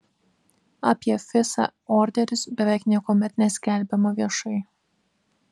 apie fisa orderius beveik niekuomet neskelbiama viešai